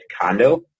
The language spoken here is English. condo